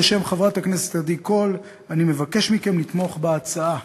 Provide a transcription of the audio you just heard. בשם חברת הכנסת עדי קול אני מבקש מכם לתמוך בהצעה.